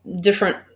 different